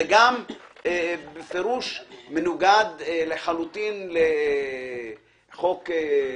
זה בפירוש מנוגד לחלוטין לחוק יסוד: